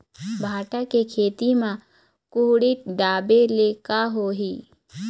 भांटा के खेती म कुहड़ी ढाबे ले का होही?